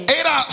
era